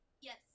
Yes